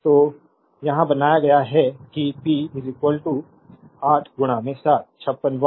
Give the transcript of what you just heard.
तो यहां बनाया गया है कि पी 3 8 7 56 वाट